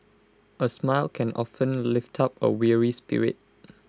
A smile can often lift up A weary spirit